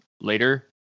later